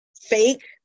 fake